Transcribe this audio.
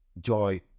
joy